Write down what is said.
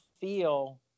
feel